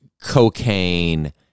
cocaine